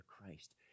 Christ